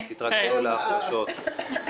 התרגלנו להכפשות.